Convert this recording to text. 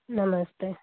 नमस्ते